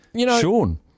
Sean